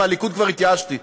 מהליכוד כבר התייאשתי.